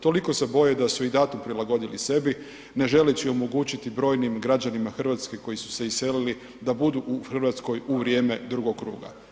Toliko se boje da su i datum prilagodili sebi ne želeći omogućiti brojnim građanima Hrvatske koji su se iselili da budu u Hrvatskoj u vrijeme drugog kruga.